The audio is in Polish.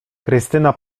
krystyna